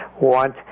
want